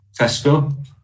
Tesco